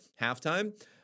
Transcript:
halftime